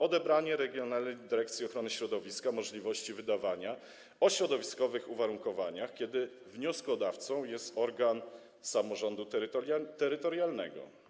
Odebranie Regionalnej Dyrekcji Ochrony Środowiska możliwości wydawania decyzji o środowiskowych uwarunkowaniach, kiedy wnioskodawcą jest organ samorządu terytorialnego.